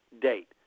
date